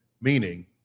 meaning